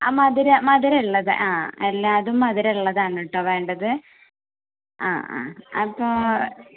ആ മധുരം മധുരം ഉള്ളത് ആ എല്ലാതും മധുരം ഉള്ളതാണ് കേട്ടോ വേണ്ടത് ആ ആ അപ്പോൾ